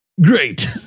Great